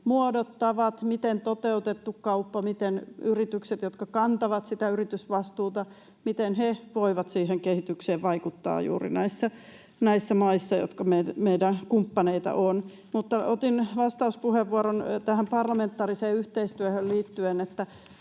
miten on toteutettu kauppa, miten yritykset, jotka kantavat sitä yritysvastuuta, voivat siihen kehitykseen vaikuttaa juuri näissä maissa, jotka meidän kumppaneita ovat. Mutta otin vastauspuheenvuoron tähän parlamentaariseen yhteistyöhön liittyen.